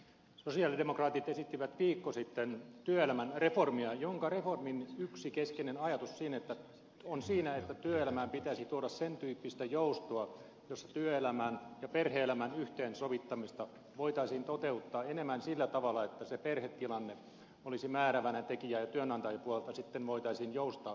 sosialidemokraatit esittivät viikko sitten työelämän reformia jonka reformin yksi keskeinen ajatus on siinä että työelämään pitäisi tuoda sen tyyppistä joustoa jossa työelämän ja perhe elämän yhteensovittamista voitaisiin toteuttaa enemmän sillä tavalla että perhetilanne olisi määräävänä tekijänä ja työnantajapuolelta sitten voitaisiin joustaa